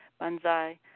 Bonsai